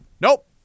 nope